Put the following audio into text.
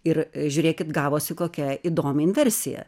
ir žiūrėkit gavosi kokia įdomi inversija